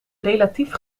relatief